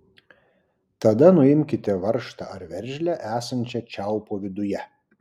tada nuimkite varžtą ar veržlę esančią čiaupo viduje